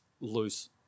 loose